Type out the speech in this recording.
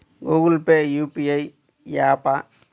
Google Pay UPI య్యాపా?